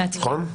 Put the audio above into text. נכון?